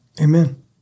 Amen